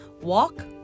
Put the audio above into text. walk